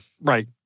Right